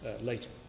later